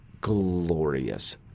glorious